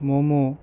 momo